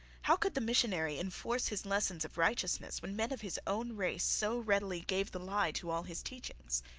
how could the missionary enforce his lessons of righteousness when men of his own race so readily gave the lie to all his teachings?